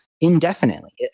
indefinitely